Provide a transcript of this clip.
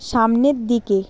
সামনের দিকে